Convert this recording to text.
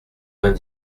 vingt